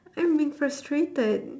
I'm being frustrated